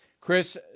Chris